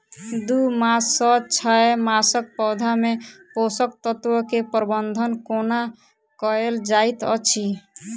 दू मास सँ छै मासक पौधा मे पोसक तत्त्व केँ प्रबंधन कोना कएल जाइत अछि?